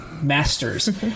masters